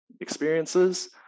experiences